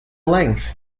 length